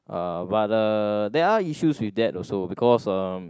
uh but uh there are issues with that also because uh